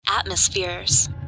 atmospheres